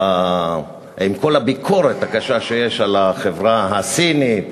עם כל הביקורת הקשה שיש על החברה הסינית,